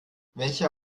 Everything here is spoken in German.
welcher